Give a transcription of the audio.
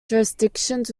jurisdictions